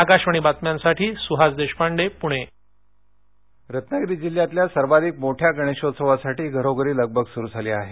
आकाशवाणी बातम्यांसाठी सुहास देषपांडे पुणे गणेशोत्सव रत्नागिरी जिल्ह्यातल्या सर्वाधिक मोठ्या गणेशोत्सवासाठी घरोघरी लगबग सुरू झाली आहे